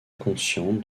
consciente